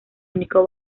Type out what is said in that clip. único